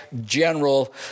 general